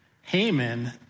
Haman